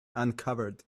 uncovered